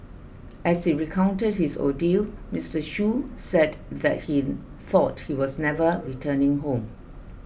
as he recounted his ordeal Mr Shoo said that he thought he was never returning home